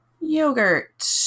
Yogurt